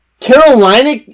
Carolina